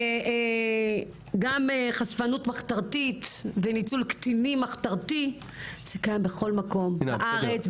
וגם חשפנות מחתרתית וניצול קטינים מחתרתי זה קיים בכל מקום בארץ,